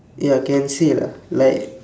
ya can say lah like